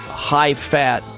high-fat